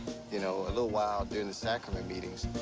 you know, a little wild during the sacrament meetings.